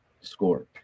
score